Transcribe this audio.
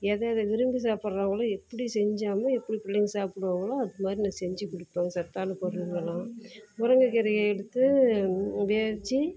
எதை எதை விரும்பி சாப்பிட்றாங்களோ எப்படி செஞ்சாலும் எப்படி பிள்ளைங்க சாப்பிடுவாங்களோ அதுமாதிரி நான் செஞ்சுக் கொடுப்பேன் சத்தான பொருளெல்லாம் முருங்கைக்கீரையை எடுத்து வேக வச்சு